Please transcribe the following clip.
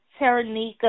Taranika